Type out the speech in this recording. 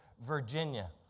Virginia